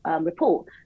report